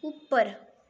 उप्पर